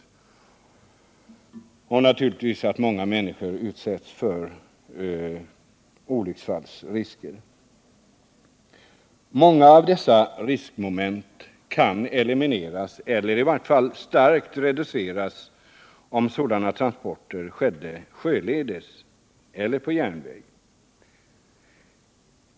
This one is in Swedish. Ett sådant haveri medför naturligtvis också att människor utsätts för olycksfallsrisker. Många av dessa riskmoment skulle kunna starkt reduceras om sådana transporter skedde sjöledes eller med järnväg.